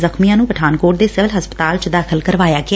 ਜ਼ਖ਼ਮੀਆਂ ਨੂੰ ਪਠਾਨਕੋਟ ਦੇ ਸਿਵਲ ਹਸਪਤਾਲ ਚ ਦਾਖ਼ਲ ਕੀਤਾ ਗਿਆ